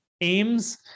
aims